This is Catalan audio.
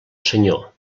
senyor